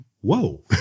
Whoa